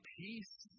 peace